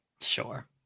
sure